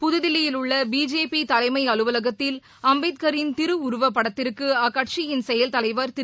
புதுதில்லியில் உள்ள பிஜேபி தலைமை அலுவலகத்தில் அம்பேத்கின் திருவுருவப் படத்திற்கு அக்கட்சியின் செயல் தலைவர் திரு